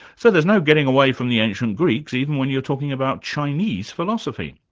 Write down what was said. so there's no getting away from the ancient greeks, even when you're talking about chinese philosophy.